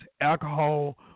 alcohol